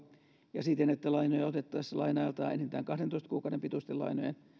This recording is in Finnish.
ja siten että lainoja otettaessa laina ajaltaan enintään kahdentoista kuukauden pituisten lainojen